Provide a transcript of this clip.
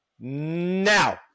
now